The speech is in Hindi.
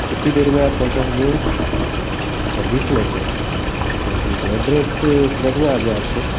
कितनी देर में आप पहुँचा देंगे अच्छा बीस मिनट में अच्छा ठीक है एड्रेस समझ में आ गया आपको